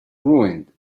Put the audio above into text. ruined